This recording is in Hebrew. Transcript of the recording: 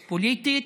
פוליטית,